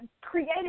created